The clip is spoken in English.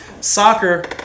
soccer